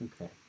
Okay